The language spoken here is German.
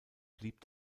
blieb